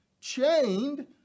chained